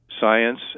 science